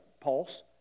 pulse